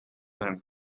him